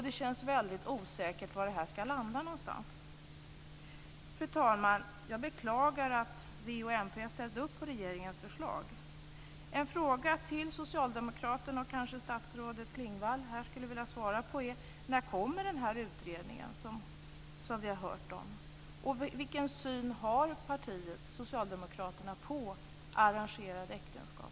Det känns väldigt osäkert var det här ska landa. Fru talman! Jag beklagar att v och mp har ställt upp på regeringens förslag. En fråga till Socialdemokraterna som kanske statsrådet Klingvall, som är här, skulle vilja svara på är: När kommer den här utredningen som vi har hört om? Och vilken syn har partiet, Socialdemokraterna, på arrangerade äktenskap?